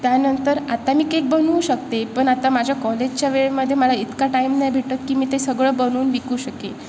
त्यानंतर आता मी केक बनवू शकते पण आता माझ्या कॉलेजच्या वेळेमध्ये मला इतका टाईम नाही भेटत की मी ते सगळं बनवून विकू शकेल